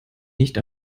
nicht